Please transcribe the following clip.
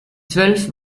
zwölf